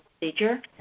procedure